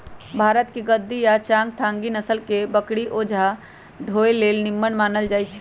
भारतके गद्दी आ चांगथागी नसल के बकरि बोझा ढोय लेल निम्मन मानल जाईछइ